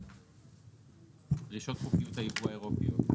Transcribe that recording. ""דרישות חוקיות היבוא האירופיות"